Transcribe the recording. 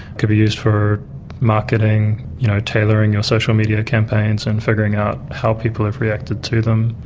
could be used for marketing, you know tailoring your social media campaigns and figuring out how people have reacted to them.